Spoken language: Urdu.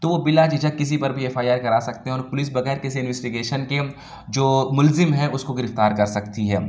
تو وہ بلا جھجک کسی پر بھی ایف آئی آر کرا سکتے ہیں اور پولیس بغیر کسی انویسٹیگیشن کے جو ملزم ہے اس کو گرفتار کر سکتی ہے